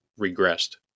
regressed